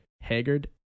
haggard